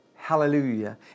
Hallelujah